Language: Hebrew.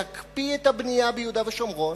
להקפיא את הבנייה ביהודה ושומרון.